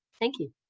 thank you.